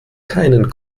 keinen